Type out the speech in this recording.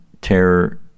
terror